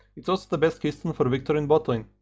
its also the best keystone for viktor in bot lane.